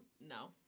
no